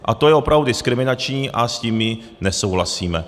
A to je opravdu diskriminační a s tím my nesouhlasíme.